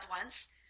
once